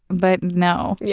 but, no. yeah